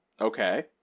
okay